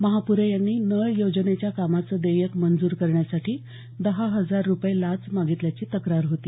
महाप्रे यांनी नळयोजनेच्या कामाचं देयक मंजूर करण्यासाठी दहा हजार रुपये लाच मागितल्याची तक्रार होती